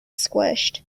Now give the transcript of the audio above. squished